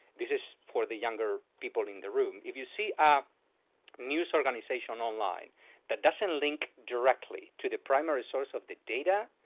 this is for the younger people in the room. if you see ah news organization online that doesn't link directly to the primary source of the data,